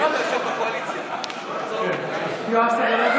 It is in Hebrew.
כן, בבקשה.